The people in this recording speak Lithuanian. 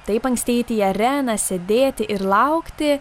taip anksti eiti į areną sėdėti ir laukti